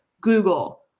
Google